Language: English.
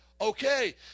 Okay